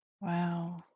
Wow